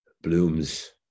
Bloom's